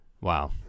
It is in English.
Wow